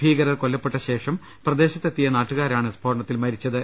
ഭീകരർ കൊല്ലപ്പെട്ട ശേഷം പ്രദേശത്തെത്തിയ നാട്ടുകാരാണ് സ്ഫോടനത്തിൽ മരിച്ചത്